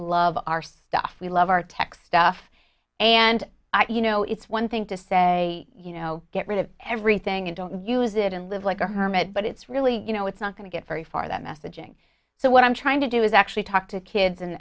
love our stuff we love our tech stuff and you know it's one thing to say you know get rid of everything and don't use it and live like a hermit but it's really you know it's not going to get very far that messaging so what i'm trying to do is actually talk to kids and